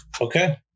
okay